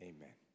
Amen